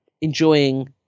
enjoying